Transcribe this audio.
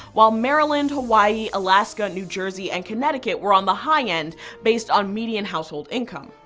while maryland, hawaii, alaska, new jersey, and connecticut were on the high end based on median household income.